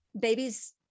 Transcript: Babies